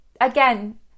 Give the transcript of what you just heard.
again